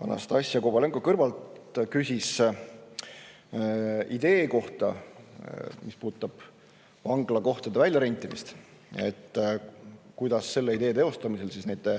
Anastassia Kovalenko-Kõlvart küsis idee kohta, mis puudutab vanglakohtade väljarentimist, et kuidas selle idee teostamisel nende